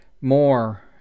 more